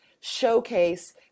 showcase